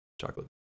chocolate